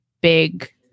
big